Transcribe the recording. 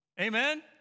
Amen